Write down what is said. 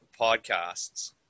podcasts